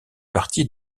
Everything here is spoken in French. parti